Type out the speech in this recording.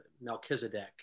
Melchizedek